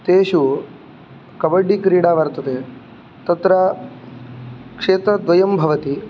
तेषु कबड्डिक्रीडा वर्तते तत्र क्षेत्रद्वयं भवति